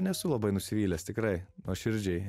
nesu labai nusivylęs tikrai nuoširdžiai